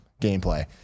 gameplay